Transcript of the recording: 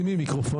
הדיון.